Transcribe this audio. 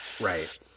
right